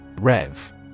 Rev